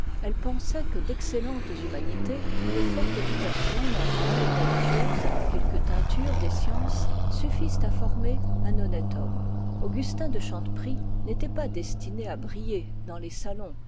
elle pensait que d'excellentes humanités une forte éducation morale et religieuse quelque teinture des sciences suffisent à former un honnête homme augustin de chanteprie n'était pas destiné à briller dans les salons